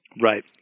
Right